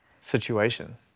situation